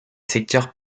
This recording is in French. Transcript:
secteurs